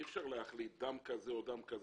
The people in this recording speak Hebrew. אי אפשר להחליט דם כזה או דם כזה.